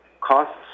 costs